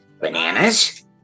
Bananas